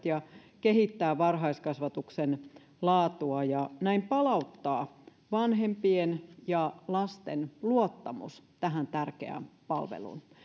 ja kehittää varhaiskasvatuksen laatua ja näin palauttaa vanhempien ja lasten luottamus tähän tärkeään palveluun